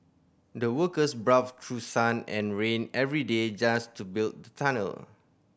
the workers braved through sun and rain every day just to build the tunnel